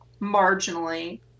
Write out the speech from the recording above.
marginally